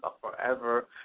forever